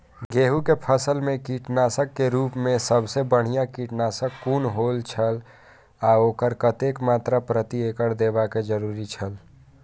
गेहूं के फसल मेय कीटनाशक के रुप मेय सबसे बढ़िया कीटनाशक कुन होए छल आ ओकर कतेक मात्रा प्रति एकड़ देबाक जरुरी छल?